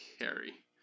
carry